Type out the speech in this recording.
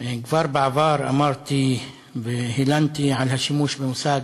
כבר בעבר אמרתי והלנתי על השימוש במושג,